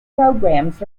programs